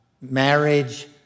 marriage